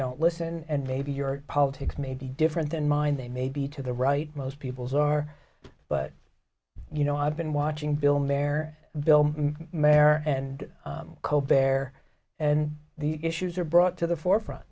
don't listen and maybe your politics may be different than mine they may be to the right most people's are but you know i've been watching bill mare bill mair and co bear and the issues are brought to the forefront